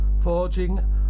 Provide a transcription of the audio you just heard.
forging